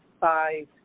five